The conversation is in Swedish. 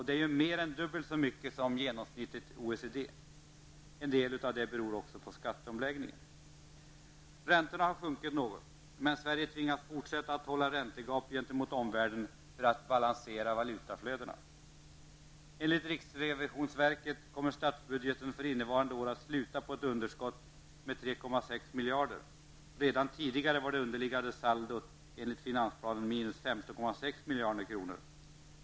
Det är mer än dubbelt så mycket som genomsnittligt i OECD, delvis beroende på skatteomläggningen. Räntorna har sjunkit något. Men Sverige tvingas fortsätta att ha ett räntegap gentemot omvärlden för att balansera valutaflödena. Enligt riksrevisionsverket kommer statsbudgeten för innevarande år att sluta på ett underskott med 3,6 miljarder. Redan tidigare var det underliggande saldot enligt finansplanen minus 15,6 miljarder.